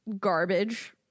garbage